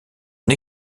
une